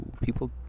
people